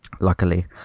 Luckily